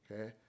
okay